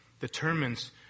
determines